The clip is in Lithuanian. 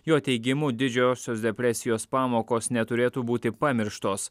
jo teigimu didžiosios depresijos pamokos neturėtų būti pamirštos